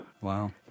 Wow